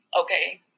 okay